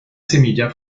semilla